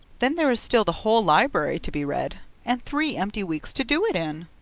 then there is still the whole library to be read and three empty weeks to do it in!